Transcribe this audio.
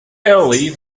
early